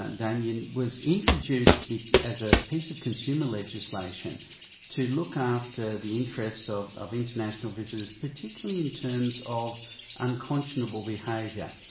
ah damien, was introduced as a piece of consumer legislation to look after the interests of of international visitors, particularly in terms of unconscionable behaviour.